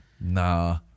Nah